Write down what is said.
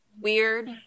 weird